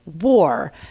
war